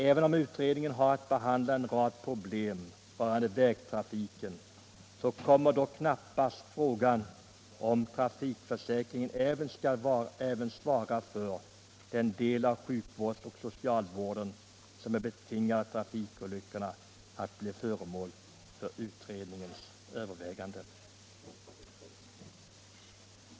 Även om utredningen har att behandla en rad problem rörande vägtrafiken kommer knappast frågan om trafikförsäkringen även skall svara för den del av sjukvården och socialvården som är betingad av trafikolyckorna att bli föremål för utredningens överväganden.